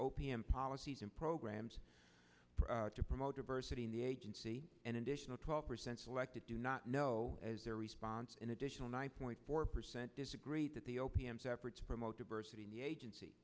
p m policies and programs to promote diversity in the agency an additional twelve percent selected do not know as their response an additional nine point four percent disagree that the o p s effort to promote diversity in the agency